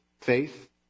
faith